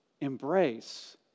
Embrace